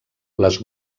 les